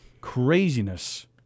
Craziness